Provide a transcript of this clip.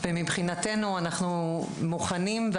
מבחינתנו אנחנו מוכנים,